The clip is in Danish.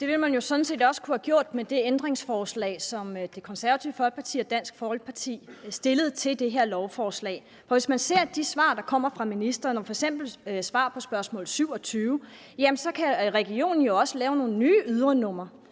Det ville man jo sådan set også kunne have gjort med det ændringsforslag, som Det Konservative Folkeparti og Dansk Folkeparti stillede til det her lovforslag, for hvis man ser på de svar, der kommer fra ministeren, f.eks. svar på spørgsmål 27, så kan regionen jo også lave nogle nye ydernumre.